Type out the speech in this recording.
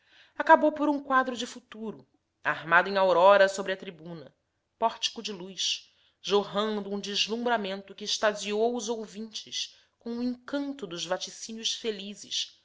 acabou por um quadro de futuro armado em aurora sobre a tribuna pórtico de luz jorrando um deslumbramento que extasiou os ouvintes com o encanto dos vaticínios felizes